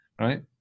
right